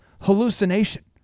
hallucination